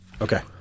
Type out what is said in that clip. Okay